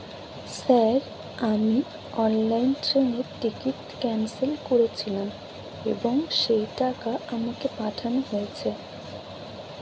Sir আমি অনলাইনে ট্রেনের টিকিট ক্যানসেল করেছিলাম এবং সেই টাকা আমাকে পাঠানো হয়েছে?